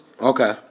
Okay